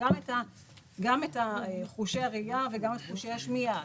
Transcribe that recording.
גם את חושי הראייה וגם את חושי השמיעה,